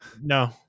No